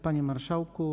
Panie Marszałku!